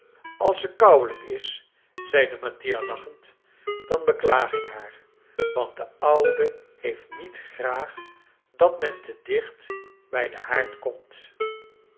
als ze kouwelijk is zeide mattia lachend dan beklaag ik haar want de oude heeft niet graag dat men te dicht bij den haard komt